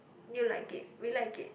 you like it we like it